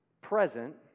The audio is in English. present